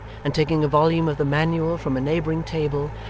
and taking a volume of the manual from a neighbouring table,